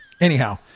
Anyhow